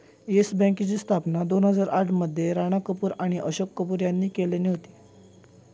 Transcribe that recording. yes बँकेची स्थापना दोन हजार आठ मध्ये राणा कपूर आणि अशोक कपूर यांनी केल्यानी होती